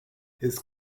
his